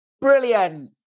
brilliant